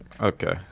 Okay